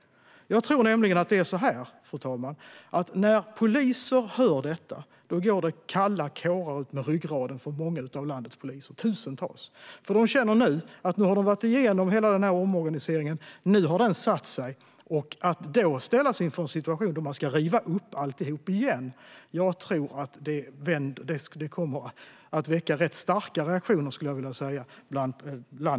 Jag tror att det går kalla kårar utmed ryggraden på landets tusentals poliser när de hör detta. De känner att de nu har gått igenom hela omorganiseringen och att den nu har satt sig. Att man då ställs inför en situation där allt ska rivas upp igen tror jag kommer att väcka starka reaktioner i poliskåren.